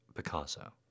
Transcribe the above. Picasso